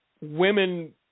women